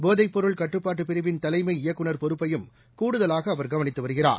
போதைப்பொருள் கட்டுப்பாட்டுபிரிவிள் தலைமை இயக்குநர் பொறுப்பையும் கூடுதலாகஅவர் கவனித்துவருகிறார்